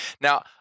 Now